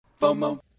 FOMO